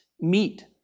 meet